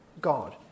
God